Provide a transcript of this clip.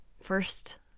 first